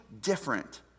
different